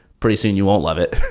pretty soon you won't love it,